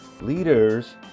Leaders